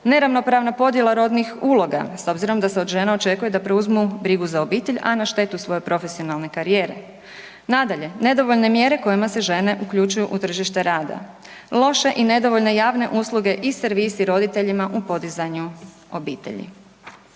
neravnopravna podjela rodnih uloga s obzirom da se od žena očekuje da preuzmu brigu za obitelj, a na štetu svoje profesionalne karijere. Nadalje, nedovoljne mjere kojima se žene uključuju u tržište rada, loše i nedovoljne javne usluge i servisi roditeljima u podizanju obitelji.